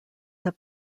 have